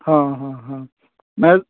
हां हां हां म्हल्यार